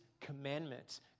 commandments